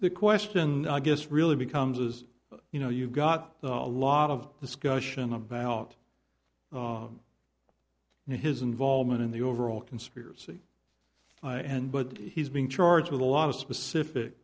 the question i guess really becomes is you know you've got a lot of discussion about you know his involvement in the overall conspiracy and but he's being charged with a lot of specific